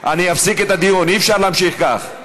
אני אפסיק את הדיון, אי-אפשר להמשיך כך.